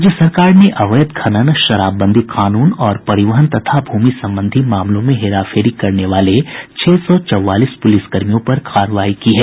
राज्य सरकार ने अवैध खनन शराबबंदी कानून और परिवहन तथा भूमि संबंधी मामलों में हेरा फेरी करने वाले छह सौ चौवालीस पुलिसकर्मियों पर कार्रवाई की है